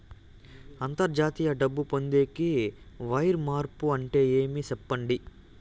అంతర్జాతీయ డబ్బు పొందేకి, వైర్ మార్పు అంటే ఏమి? సెప్పండి?